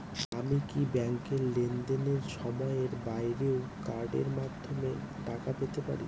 আমি কি ব্যাংকের লেনদেনের সময়ের বাইরেও কার্ডের মাধ্যমে টাকা পেতে পারি?